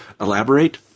elaborate